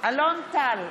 אלון טל,